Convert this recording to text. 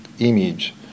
Image